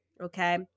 Okay